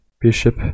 Bishop